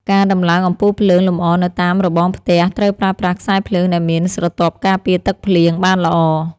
ការតម្លើងអំពូលភ្លើងលម្អនៅតាមរបងផ្ទះត្រូវប្រើប្រាស់ខ្សែភ្លើងដែលមានស្រទាប់ការពារទឹកភ្លៀងបានល្អ។